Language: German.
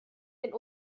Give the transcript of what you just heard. den